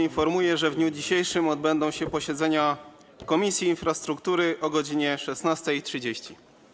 Informuję, że w dniu dzisiejszym odbędzie się posiedzenie Komisji Infrastruktury o godz. 16.30.